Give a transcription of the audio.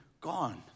gone